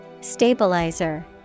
Stabilizer